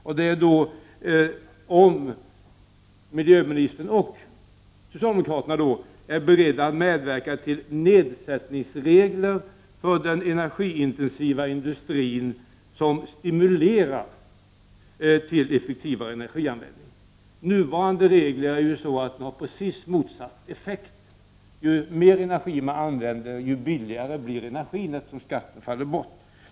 Jag frågade om miljöministern och socialdemokraterna är beredda att medverka till nedsättningsregler för den energiintensiva industrin, vilka stimulerar till en effektivare energianvändning. Nuvarande regler har precis motsatt effekt. Ju mer energi man använder, desto billigare blir energin, eftersom skatten faller bort.